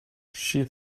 she